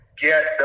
get